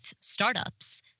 startups